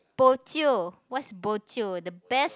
bo jio what's bo jio the best